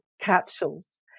capsules